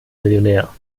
millionär